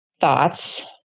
thoughts